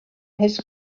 his